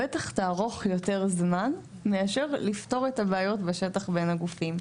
בטח תארך יותר זמן מאשר לפתור את הבעיות שטח בין הגופים.